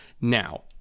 Now